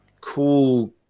cool